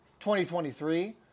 2023